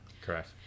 correct